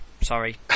Sorry